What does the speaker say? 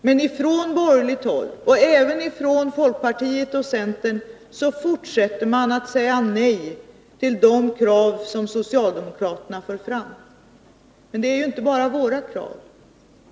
Men ifrån borgerligt håll och även från folkpartiet och centern fortsätter man att säga nej till de krav som socialdemokraterna för fram. Men det är inte bara våra krav.